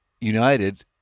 united